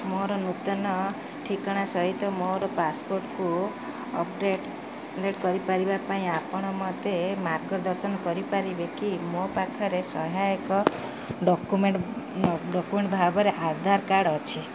ମୋର ନୂତନ ଠିକଣା ସହିତ ମୋର ପାସପୋର୍ଟକୁ ଅପଡ଼େଟ୍ କରିପାରିବା ପାଇଁ ଆପଣ ମୋତେ ମାର୍ଗଦର୍ଶନ କରିପାରିବେ କି ମୋ ପାଖରେ ସହାୟକ ଡକ୍ୟୁମେଣ୍ଟ ଡକ୍ୟୁମେଣ୍ଟ ଭାବରେ ଆଧାର୍ କାର୍ଡ଼ ଅଛି